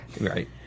Right